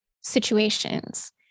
situations